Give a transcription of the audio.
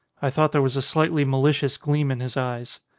i thought there was a slightly malicious gleam in his eyes.